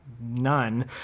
none